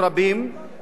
רצוני לשאול: